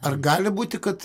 ar gali būti kad